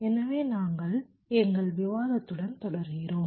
எனவே நாங்கள் எங்கள் விவாதத்துடன் தொடர்கிறோம்